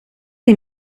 che